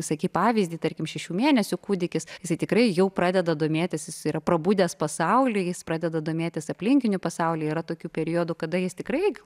sakei pavyzdį tarkim šešių mėnesių kūdikis jisai tikrai jau pradeda domėtis jis yra prabudęs pasauly jis pradeda domėtis aplinkiniu pasauliu yra tokių periodų kada jis tikrai